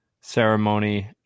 ceremony